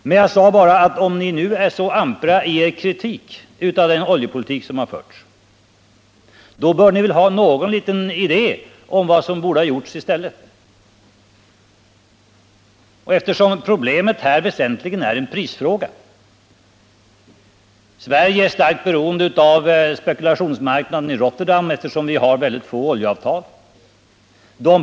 Vad jag sade var bara, att när ni nu är så ampra i er kritik av den oljepolitik som förts, bör ni väl ha någon liten idé om vad som borde ha gjorts i stället. Problemet här är väsentligen en prisfråga. Sverige är starkt beroende av spekulationsmarknaden i Rotterdam, eftersom vi har mycket få oljeavtal.